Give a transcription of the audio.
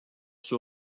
sur